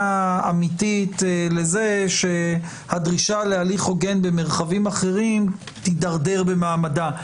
אמיתית לזה שהדרישה להליך הוגן במרחבים אחרים תידרדר במעמדה.